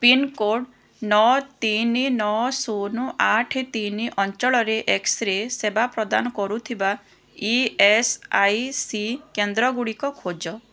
pincode ନଅ ତିନି ନଅ ଶୂନ ଆଠ ତିନି ଅଞ୍ଚଳରେ ଏକ୍ସରେ ସେବା ପ୍ରଦାନ କରୁଥିବା ଇ ଏସ୍ ଆଇ ସି କେନ୍ଦ୍ର ଗୁଡ଼ିକ ଖୋଜ